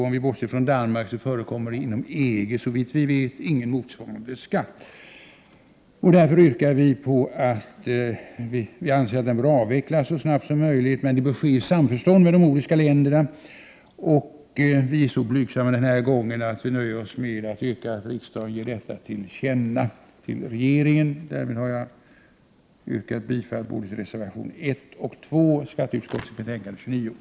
Om vi bortser från Danmark förekommer inom EG, såvitt vi vet, ingen motsvarande skatt. Därför anser vi att den bör avvecklas så snabbt som möjligt, men att det bör ske i samförstånd med de nordiska länderna. Vi är den här gången så blygsamma att vi nöjer oss med att yrka att riksdagen skall ge regeringen detta till känna. Jag hemställer om bifall till detta yrkande. Med detta har jag yrkat bifall till både reservation 1 och reservation 2 vid skatteutskottets betänkande nr 29.